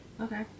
Okay